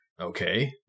Okay